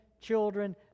children